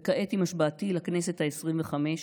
וכעת, עם השבעתי לכנסת העשרים-וחמש,